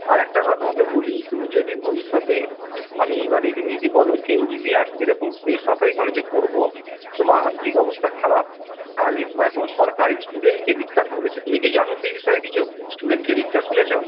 আর একটা কথা তোমায় বলি তুমি যদি ভবিষ্যতে মানে এইবারে তুমি যদি বলো সেন্ট জেভিয়ার্স যে রকম বেসরকারি কলেজে পড়বো তোমার আর্থিক অবস্থা খারাপ তাহলে এখন সরকার স্টুডেন্ট ক্রেডিট কার্ড করেছে তুমি কি জানো সেই বিষয়ে কিছু স্টুডেন্ট ক্রেডিট কার্ড শুনেছো